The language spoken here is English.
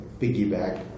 piggyback